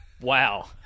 Wow